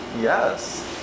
Yes